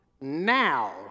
now